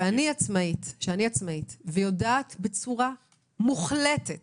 כשאני עצמאית ויודעת בצורה מוחלטת